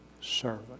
servant